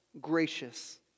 gracious